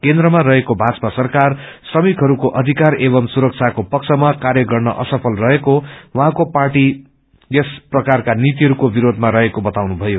केन्द्रमा रहेका भाजपा सरकार श्रमिकहरूको अधिकार एवं सुरखाको पक्षमा कार्य गर्नमा असफल रहेकोले उहाँको पार्टी यस प्रकारका नीतिहरूको विरोधमा रहेको श्री तामाङ्ले बताउनुथयो